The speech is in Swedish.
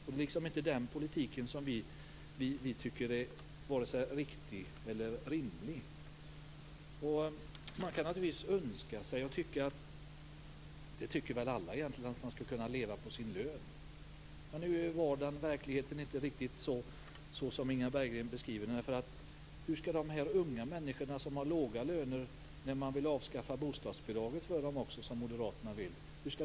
Vi tycker inte att den politiken är vare sig riktig eller rimlig. Man kan naturligtvis önska att man skall kunna leva på sin lön. Det tycker väl alla egentligen. Men nu ser inte vardagen och verkligheten ut riktigt så som Inga Berggren beskriver den. Hur skall unga människor som har låga löner kunna klara sig i sin bostad om man skulle avskaffa bostadsbidraget för dem också, som Moderaterna vill?